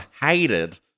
hated